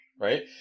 Right